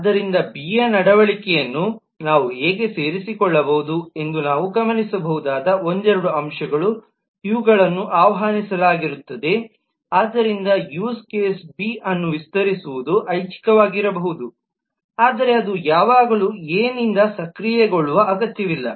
ಆದ್ದರಿಂದ ಬಿ ಯ ನಡವಳಿಕೆಯನ್ನು ನಾವು ಎಗೆ ಸೇರಿಸಿಕೊಳ್ಳಬಹುದು ಎಂದು ನಾವು ಗಮನಿಸಬಹುದಾದ ಒಂದೆರಡು ಅಂಶಗಳು ಇವುಗಳನ್ನು ಆಹ್ವಾನಿಸಲಾಗಿರುತ್ತದೆ ಆದ್ದರಿಂದ ಯೂಸ್ ಕೇಸ್ ಬಿ ಅನ್ನು ವಿಸ್ತರಿಸುವುದು ಐಚ್ಚಿಕವಾಗಿರಬಹುದು ಆದರೆ ಅದು ಯಾವಾಗಲೂ ಎ ನಿಂದ ಸಕ್ರಿಯಗೊಳ್ಳುವ ಅಗತ್ಯವಿಲ್ಲ